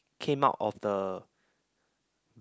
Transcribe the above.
came out of the